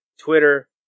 Twitter